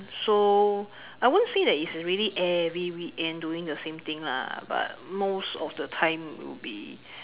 so I won't say that is really every weekend doing the same thing lah but most of the time will be